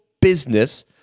business